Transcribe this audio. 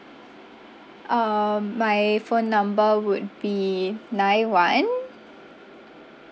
um my phone number would be nine one